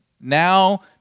Now